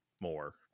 more